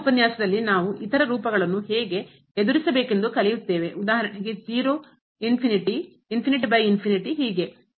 ಮುಂದಿನ ಉಪನ್ಯಾಸದಲ್ಲಿ ನಾವು ಇತರ ರೂಪಗಳನ್ನು ಹೇಗೆ ಎದುರಿಸಬೇಕೆಂದು ಕಲಿಯುತ್ತೇವೆ ಉದಾಹರಣೆಗೆ 0 ಹೀಗೆ